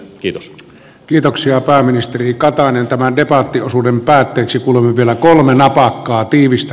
kiitos kiitoksia pääministeri katainen tavoite valtionosuuden päätteeksi kun vielä kolme napakkaa tiivistä